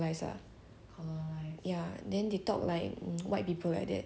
ya and then he found it very weird and like 很奇怪 then